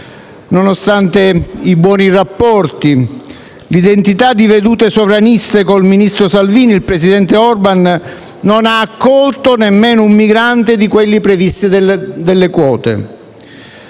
Nonostante i buoni rapporti e l'identità di vedute sovraniste con il ministro Salvini, il presidente Orban non ha accolto nemmeno un migrante di quelli previsti dalle quote.